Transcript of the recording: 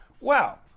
Wow